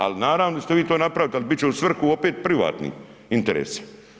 Ali naravno da ćete vi to napraviti, ali bit će u svrhu opet privatnih interesa.